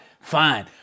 fine